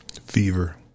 fever